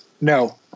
No